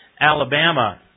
Alabama